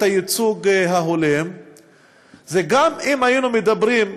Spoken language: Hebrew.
הייצוג ההולם זה שגם אם היינו מדברים,